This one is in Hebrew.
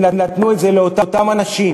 והם נתנו את זה לאותם אנשים,